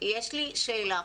יש לי שאלה.